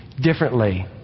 differently